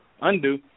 undo